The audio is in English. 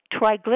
triglycerides